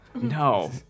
No